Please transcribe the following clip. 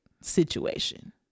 situation